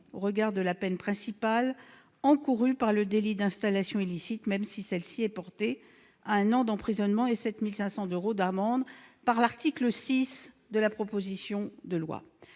au regard de la peine principale encourue en cas de délit d'installation illicite, même si celle-ci a été portée à un an d'emprisonnement et 7 500 euros d'amende par l'article 6 de la présente proposition de loi.